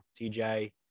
TJ